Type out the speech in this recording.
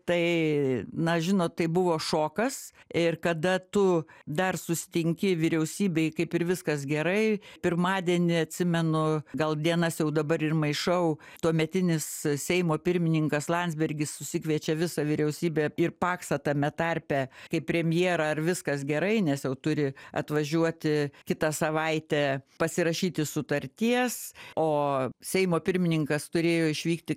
tai na žinot tai buvo šokas ir kada tu dar susitinki vyriausybėj kaip ir viskas gerai pirmadienį atsimenu gal dienas jau dabar ir maišau tuometinis seimo pirmininkas landsbergis susikviečia visą vyriausybę ir paksą tame tarpe kaip premjerą ar viskas gerai nes jau turi atvažiuoti kitą savaitę pasirašyti sutarties o seimo pirmininkas turėjo išvykti